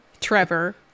Trevor